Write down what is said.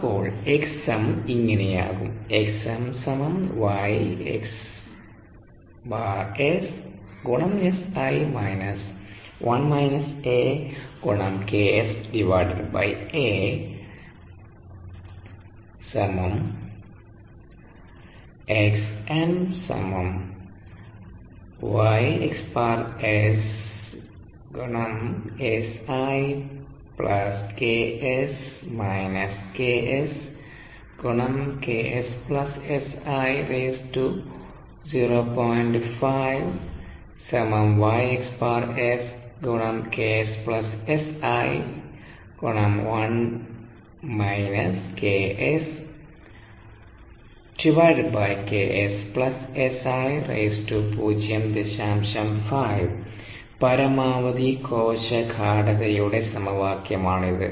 അപ്പോൾ xm ഇങ്ങനെയാകും പരമാവധി കോശ ഗാഢതയുടെ സമവാക്യമാണിത്